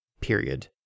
period